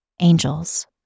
Angels